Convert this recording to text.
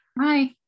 Hi